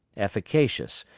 efficacious,